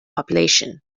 population